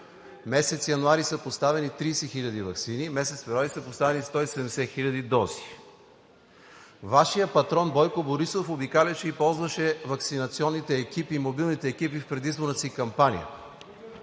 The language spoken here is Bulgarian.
месец януари са поставени 30 хиляди ваксини, през месец февруари са поставени 170 хиляди дози. Вашият патрон Бойко Борисов обикаляше и ползваше ваксинационните екипи и мобилните екипи в предизборната си кампания.